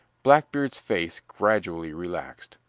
blackbeard's face gradually relaxed.